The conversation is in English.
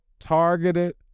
Targeted